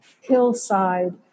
hillside